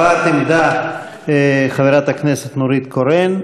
הבעת עמדה: חברת הכנסת נורית קורן,